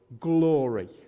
glory